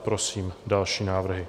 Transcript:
Prosím další návrhy.